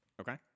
Okay